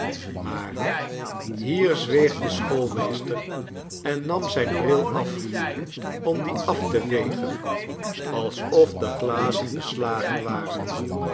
maar hier zweeg de schoolmeester en nam zijn bril af om dien af te vegen alsof de glazen beslagen waren